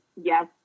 yes